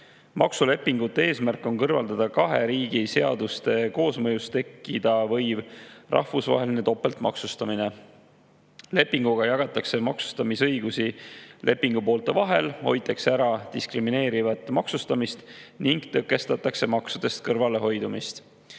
Maksulepingute eesmärk on kõrvaldada kahe riigi seaduste koosmõjust tekkida võiv rahvusvaheline topeltmaksustamine. Lepinguga jagatakse maksustamisõigusi lepingupoolte vahel, hoitakse ära diskrimineerivat maksustamist ning tõkestatakse maksudest kõrvalehoidumist.